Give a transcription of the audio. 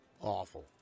Awful